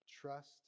trust